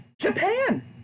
Japan